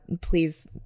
please